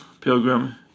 pilgrim